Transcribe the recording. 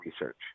research